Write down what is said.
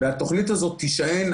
התוכנית הזאת תישען,